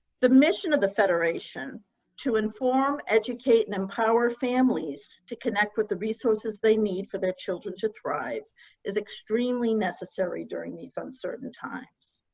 the mission of the federation federation to inform, educate, and empower families to connect with the resources they need for their children to thrive is extremely necessary during these uncertain times.